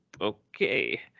okay